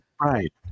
Right